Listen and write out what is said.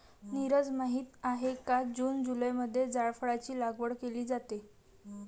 नीरज माहित आहे का जून जुलैमध्ये जायफळाची लागवड केली जाते